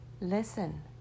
listen